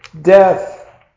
death